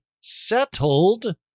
settled